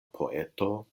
poeto